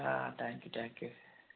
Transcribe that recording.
thank you thank you